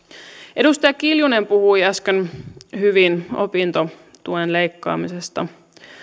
edustaja kiljunen puhui äsken hyvin opintotuen leikkaamisesta